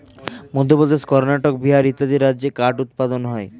মধ্যপ্রদেশ, কর্ণাটক, বিহার ইত্যাদি রাজ্যে কাঠ উৎপাদন হয়